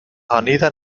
anida